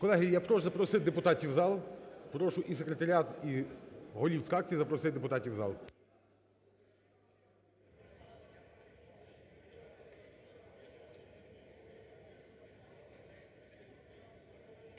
Колеги, я прошу запросити депутатів в зал, прошу і секретаріат, і голів фракцій запросити депутатів в зал.